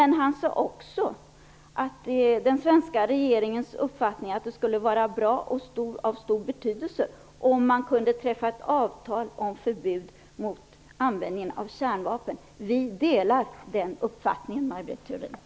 Men han sade också att det var den svenska regeringens uppfattning att det skulle vara bra och av stor betydelse om man kunde träffa ett avtal om förbud mot användning av kärnvapen. Vi moderater delar den uppfattningen, Maj Britt